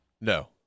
No